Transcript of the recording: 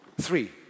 Three